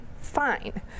fine